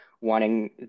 wanting